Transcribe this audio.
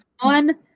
one